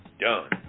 done